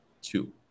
Two